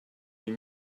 huit